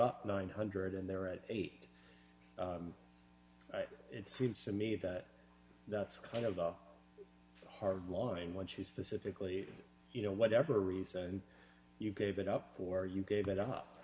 up nine hundred and there are eight it seems to me that that's kind of a hard line when she specifically you know whatever reason you gave it up for you gave it up